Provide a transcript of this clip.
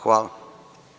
Hvala.